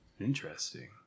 Interesting